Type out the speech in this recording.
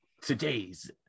Today's